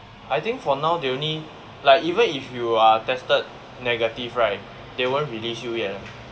I think for now they only like even if you are tested negative right they won't release you yet leh